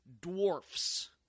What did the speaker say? dwarfs